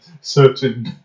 certain